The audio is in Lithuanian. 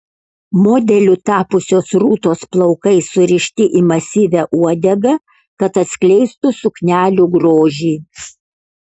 modeliu tapusios rūtos plaukai surišti į masyvią uodegą kad atskleistų suknelių grožį